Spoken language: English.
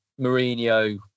Mourinho